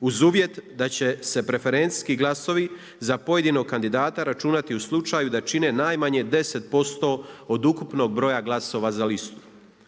uz uvjet da će se preferencijski glasovi za pojedinog kandidata računati u slučaju da čine najmanje 10% od ukupnog broja glasova za listu.